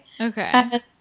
Okay